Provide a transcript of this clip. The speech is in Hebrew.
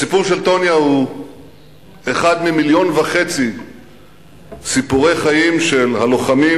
הסיפור של טוניה הוא אחד מ-1.5 מיליון סיפורי חיים של הלוחמים